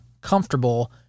comfortable